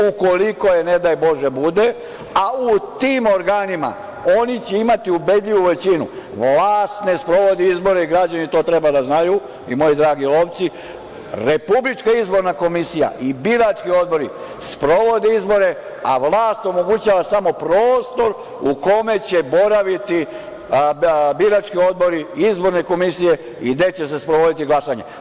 Ukoliko je, ne daj Bože, bude, a u tim organima oni će imati ubedljivu većinu, vlast ne sprovodi izbore, građani to treba da znaju i moji dragi lovci, Republička izborna komisija i birački odbori sprovode izbore, a vlast omogućava samo prostor u kome će boraviti birački odbori, izborne komisije i gde će se sprovoditi glasanje.